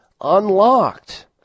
unlocked